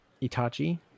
Itachi